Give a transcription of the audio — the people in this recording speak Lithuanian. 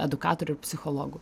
edukatorių ir psichologų